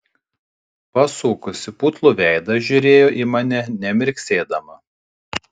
pasukusi putlų veidą žiūrėjo į mane nemirksėdama